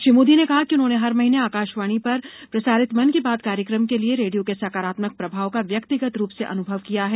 श्री मोदी ने कहा कि उन्होंने हर महीने आकाशवाणी पर प्रसारित मन की बात कार्यक्रम के लिए रेडियो के सकारात्मक प्रभाव का व्यक्तिगत रूप से अन्भव किया है